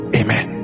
amen